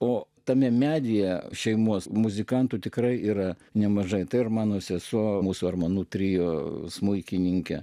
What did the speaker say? o tame medyje šeimos muzikantų tikrai yra nemažai tai ir mano sesuo mūsų armonų trio smuikininkė